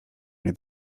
mnie